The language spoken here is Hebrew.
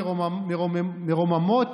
מרוממות.